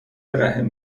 رحم